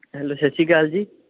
hello ਸਤਿ ਸ਼੍ਰੀ ਅਕਾਲ ਜੀ